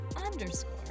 underscore